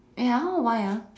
eh ya why ah